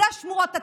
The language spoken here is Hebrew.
זו שמורת הטבע.